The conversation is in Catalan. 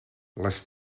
les